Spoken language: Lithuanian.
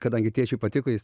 kadangi tėčiui patiko jis